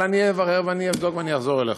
אבל אני אברר, אבדוק ואחזור אליך.